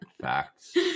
Facts